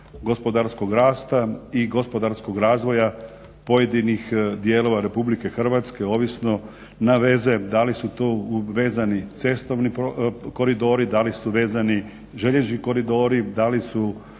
gospodarskog rasta i gospodarskog razvoja pojedinih dijelova RH ovisno nema veze da li su to vezani cestovni koridori, da li su vezani željeznički koridori, da li su